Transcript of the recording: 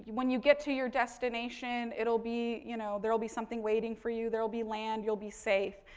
when you get to your destination, it'll be, you know, there'll be something waiting for you, there'll be land, you'll be safe.